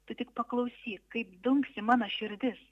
tu tik paklausyk kaip dunksi mano širdis